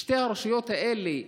שתי הרשויות האלה,